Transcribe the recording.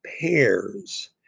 pairs